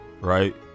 right